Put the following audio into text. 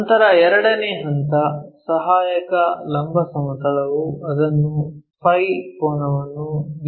ನಂತರ ಎರಡನೇ ಹಂತ ಸಹಾಯಕ ಲಂಬ ಸಮತಲವು ಅದನ್ನು ಫೈ Φ ಕೋನವನ್ನು ವಿ